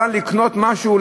אבל לקנות משהו,